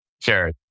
Sure